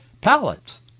pallets